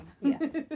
Yes